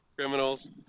Criminals